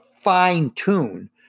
fine-tune